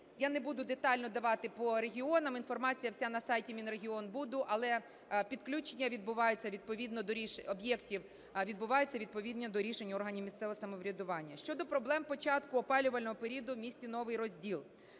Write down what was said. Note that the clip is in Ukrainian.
Я не буду детально давати по регіонам. Інформація вся на сайті Мінрегіонбуду. Але підключення відбувається відповідно… об'єктів відбувається відповідно до рішень органів місцевого самоврядування. Щодо проблем початку опалювального періоду в місті Новий Розділ.